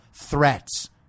threats